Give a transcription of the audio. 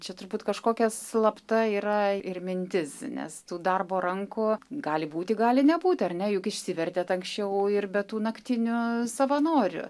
čia turbūt kažkokia slapta yra ir mintis nes tų darbo rankų gali būti gali nebūti ar ne juk išsivertėt anksčiau ir be tų naktinių savanorių